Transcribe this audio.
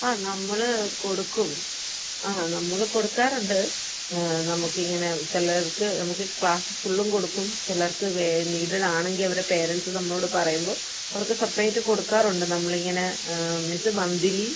ആ നമ്മൾ കൊടുക്കും ആ നമ്മൾ കൊടുക്കാറുണ്ട് നമുക്ക് ഇങ്ങനെ ചിലർക്ക് നമുക്ക് ക്ലാസ് ഫുള്ളും കൊടുക്കും ചിലർക്ക് നീഡഡാണെങ്കിൽ അവരെ പേരൻസ് നമ്മളോട് പറയുമ്പോൾ അവർക്ക് സെപ്പറേറ്റ് കൊടുക്കാറുണ്ട് നമ്മൾ ഇങ്ങനെ മീൻസ് മന്ത്ലി